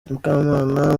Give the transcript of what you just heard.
mukamana